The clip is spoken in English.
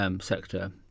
sector